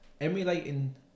emulating